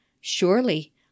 Surely